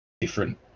different